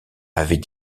avait